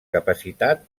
capacitat